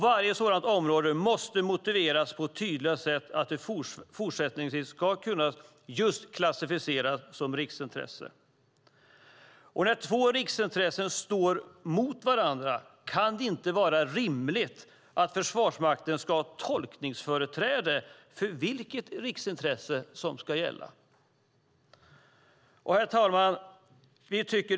Varje sådant område måste motiveras på ett tydligare sätt för att i fortsättningen kunna klassificeras som riksintresse. När två riksintressen står mot varandra kan det inte vara rimligt att Försvarsmakten ska ha tolkningsföreträde när det gäller vilket riksintresse som ska gälla. Herr talman!